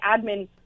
admin